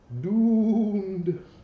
Doomed